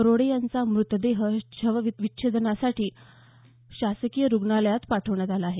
रोडे यांचा मृतदेह शवविच्छेदनासाठी शासकीय रुग्णालयात आणण्यात आला आहे